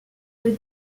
deux